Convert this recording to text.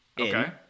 okay